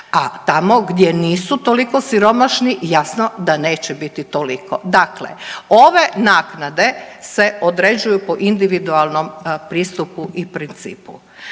a tamo gdje nisu toliko siromašni jasno da neće biti toliko. Dakle, ove naknade se određuju prema individualnom pristupu i principu.